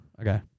Okay